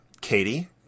Katie